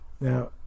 Now